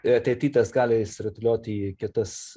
ir ateity tas gali išsirutuliot į kitas